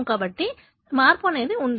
కాబట్టి మార్పు అనేది ఉంది